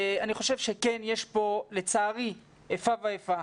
אני חושב שכן יש פה לצערי איפה ואיפה.